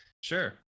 Sure